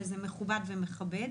וזה מכובד ומכבד.